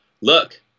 look